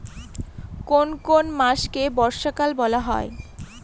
কোন কোন মাসকে বর্ষাকাল বলা হয়?